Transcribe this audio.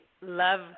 love